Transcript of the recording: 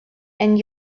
and